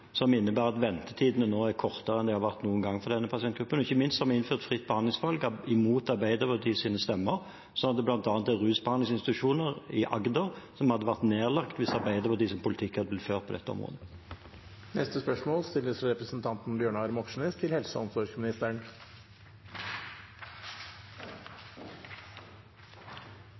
som innebærer at ventetidene nå er kortere for denne pasientgruppen enn de har vært noen gang. Ikke minst har vi innført fritt behandlingsvalg, mot Arbeiderpartiets stemmer, så det er bl.a. rusbehandlingsinstitusjoner i Agder som hadde vært nedlagt hvis Arbeiderpartiets politikk hadde blitt ført på dette området.